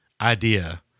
idea